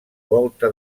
volta